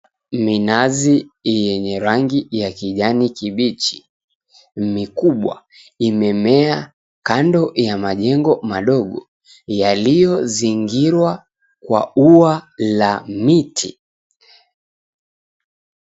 Minazi yenye rangi ya kijani kibichi mikubwa, imemea kando ya majengo madogo yaliyozingirwa kwa ua la miti.